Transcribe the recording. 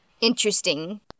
Interesting